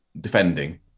defending